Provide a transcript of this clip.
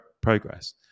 progress